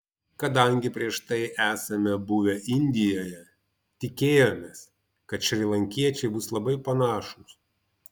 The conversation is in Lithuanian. kadangi prieš tai esame buvę indijoje tikėjomės kad šrilankiečiai bus labai panašūs